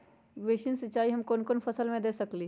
Basin सिंचाई हम कौन कौन फसल में दे सकली हां?